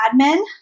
admin